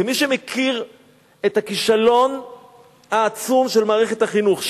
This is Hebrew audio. כמי שמכיר את הכישלון העצום של מערכת החינוך,